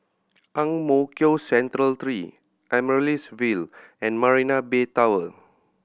Ang Mo Kio Central Three Amaryllis Ville and Marina Bay Tower